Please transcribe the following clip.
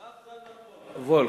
הרב זלמן וולף.